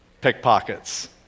pickpockets